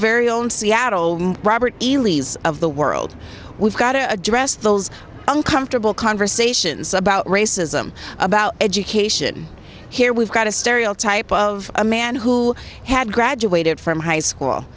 very own seattle robert e lee's of the world we've got to address those uncomfortable conversations about racism about education here we've got a stereotype of a man who had graduated from high school